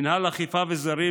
מינהל אכיפה וזרים,